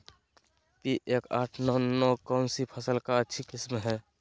P एक आठ नौ नौ कौन सी फसल का अच्छा किस्म हैं?